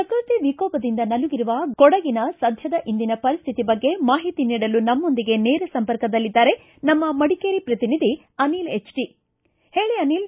ಪ್ರಕೃತಿ ವಿಕೋಪದಿಂದ ನಲುಗಿರುವ ಕೊಡಗಿನ ಸಧ್ಯದ ಇಂದಿನ ಪರಿಸ್ಥಿಯ ಬಗ್ಗೆ ಮಾಹಿತಿ ನೀಡಲು ನಮ್ಮೊಂದಿಗೆ ನೇರ ಸಂಪರ್ಕದಲ್ಲಿದ್ದಾರೆ ನಮ್ನ ಮಡಿಕೇರಿ ಪ್ರತಿನಿಧಿ ಅನಿಲ್